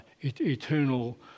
eternal